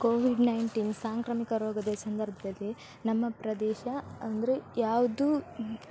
Covid nineteen ಸಾಂಕ್ರಾಮಿಕ ರೋಗದ ಸಂಧರ್ಭದಲ್ಲಿ ನಮ್ಮ ಪ್ರದೇಶ ಅಂದರೆ ಯಾವುದು